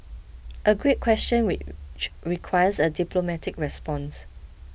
a great question which requires a diplomatic response